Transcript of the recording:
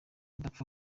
udapfa